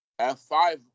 F5